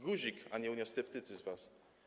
Guzik, a nie uniosceptycy z was.